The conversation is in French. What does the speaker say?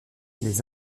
les